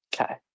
Okay